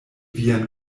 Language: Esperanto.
vian